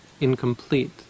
incomplete